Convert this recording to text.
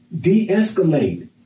de-escalate